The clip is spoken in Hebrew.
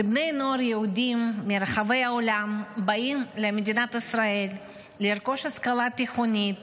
שבה בני נוער יהודים מרחבי העולם באים למדינת ישראל לרכוש השכלה תיכונית